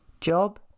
Job